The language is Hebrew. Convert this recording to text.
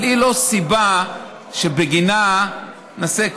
אבל זו לא סיבה שבגינה נעשה,